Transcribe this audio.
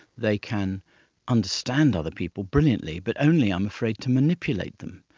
they can understand other people brilliantly but only, i'm afraid, to manipulate them.